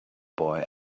boy